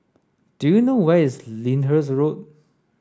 do you know where is Lyndhurst Road